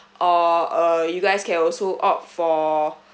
or uh you guys can also opt for